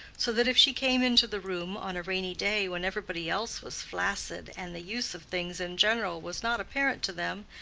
so that if she came into the room on a rainy day when everybody else was flaccid and the use of things in general was not apparent to them,